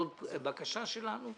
זאת בקשה שלנו.